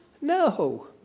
No